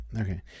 Okay